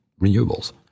renewables